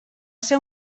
ser